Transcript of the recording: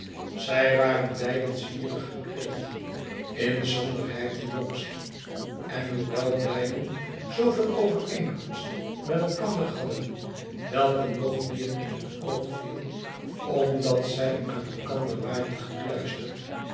zij waren beiden zwierig gekleed inzonderheid de jongste en hoewel beiden zooveel overeenkomst met elkander hadden welke nog meer in het oog viel omdat zij aan elkander waren gekluisterd